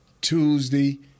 Tuesday